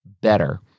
better